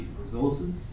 resources